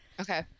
okay